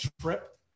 trip